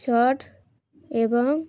shot এবং